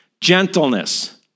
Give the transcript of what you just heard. gentleness